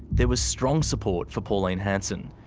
there was strong support for pauline hanson.